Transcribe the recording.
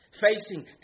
facing